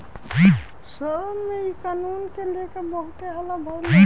सदन में भी इ कानून के लेके बहुत हल्ला भईल रहे